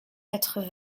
quatre